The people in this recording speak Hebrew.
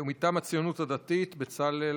מטעם הציונות הדתית, בצלאל